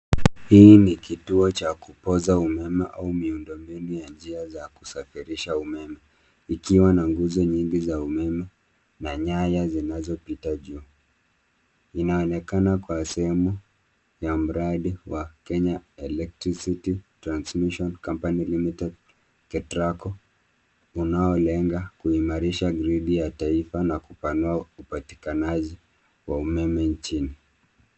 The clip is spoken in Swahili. Hii ni kituo cha kupoza umeme au miundombinu ya njia za kusafirisha umeme ikiwa na nguzo nyingi za umeme na nyaya zinazopita juu. Inaonekana kuwa sehemu ya mradi wa Kenya electricity transmission company limited, KETRACO , unaolenga kuimarisha gridi ya taifa na kupanua upatikanaji wa umeme nchini.